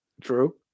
True